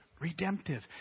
redemptive